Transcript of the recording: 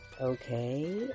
Okay